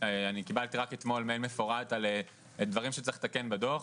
אני רק אתמול קיבלתי מייל מפורט על דברים שצריך לתקן בדו"ח,